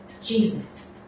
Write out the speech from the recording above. Jesus